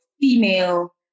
female